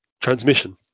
transmission